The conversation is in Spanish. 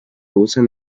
usan